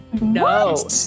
No